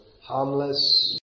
harmless